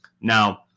now